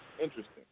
interesting